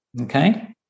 okay